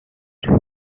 hull